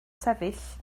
sefyll